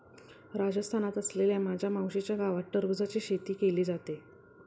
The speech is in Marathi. राजस्थानात असलेल्या माझ्या मावशीच्या गावात टरबूजची शेती केली जाते